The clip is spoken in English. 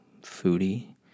foodie